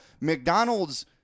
McDonald's